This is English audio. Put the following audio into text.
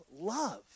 love